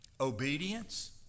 Obedience